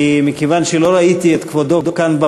כי מכיוון שלא ראיתי את כבודו כאן,